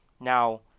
Now